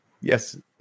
yes